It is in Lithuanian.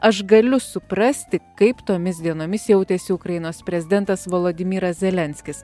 aš galiu suprasti kaip tomis dienomis jautėsi ukrainos prezidentas volodimiras zelenskis